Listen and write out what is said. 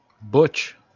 Butch